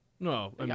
No